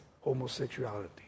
homosexuality